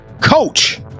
coach